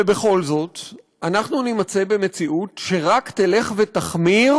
ובכל זאת אנחנו נימצא במציאות שרק תלך ותחמיר,